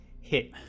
hit